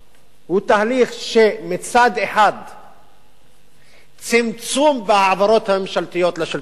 הוא תהליך של מצד אחד צמצום בהעברות הממשלתיות לשלטון המקומי,